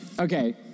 okay